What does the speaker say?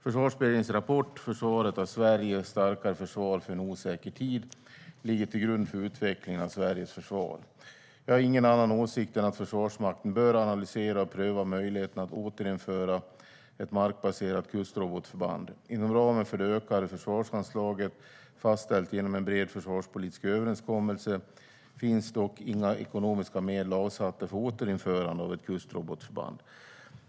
Försvarsberedningens rapport, Försvaret av Sverige - s tarkare försvar för en osäker tid , ligger till grund för utvecklingen av Sveriges försvar. Jag har ingen annan åsikt än att Försvarsmakten bör analysera och pröva möjligheten att återinföra ett markbaserat kustrobotförband. Inom ramen för det ökade försvarsanslaget, fastställt genom en bred försvarspolitisk överenskommelse, finns dock inga ekonomiska medel avsatta för återinförandet av ett kustrobotförband.